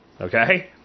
Okay